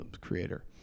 creator